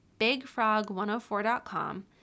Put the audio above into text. bigfrog104.com